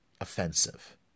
offensive